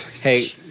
Hey